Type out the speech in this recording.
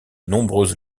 nombreuse